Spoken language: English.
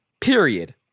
period